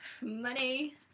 Money